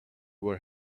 were